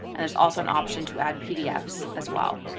there's also an option to add pdfs as well.